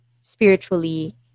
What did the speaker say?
spiritually